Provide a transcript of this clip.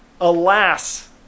Alas